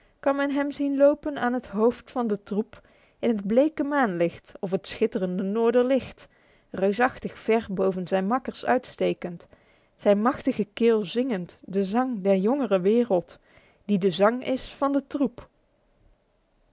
kan men hem zien lopen aan het hoofd van de troep in het bleke maanlicht of het schitterende noorderlicht reusachtig ver boven zijn makkers uitstekend zijn machtige keel zingend de zang der jongere wereld die de zang is van de troep